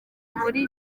muri